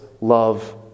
love